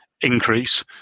increase